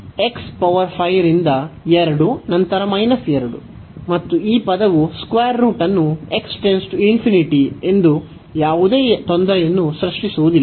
x power 5 ರಿಂದ 2 ಮತ್ತು ನಂತರ 2 ಮತ್ತು ಈ ಪದವು ಸ್ಕ್ವೇರ್ ರೂಟ್ ಅನ್ನು ಎಂದು ಯಾವುದೇ ತೊಂದರೆಯನ್ನು ಸೃಷ್ಟಿಸುವುದಿಲ್ಲ